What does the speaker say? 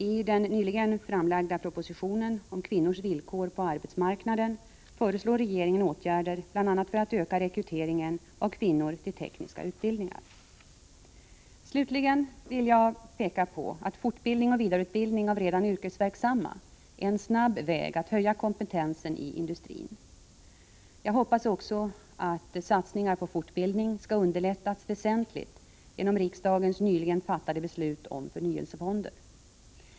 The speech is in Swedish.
I den nyligen framlagda propositionen om kvinnornas villkor på arbetsmarknaden föreslår regeringen åtgärder bl.a. för att öka rekryteringen av kvinnor till tekniska utbildningar. Slutligen vill jag peka på att fortbildning och vidareutbildning av redan - Nr 98 yrkesverksamma är en snabb väg att höja kompetensen i industrin. Jag Fredagen den hoppas också att satsningar på fortbildning skall underlättas väsentligt 15 mars 1985 genom riksdagens nyligen fattade beslut om förnyelsefonder.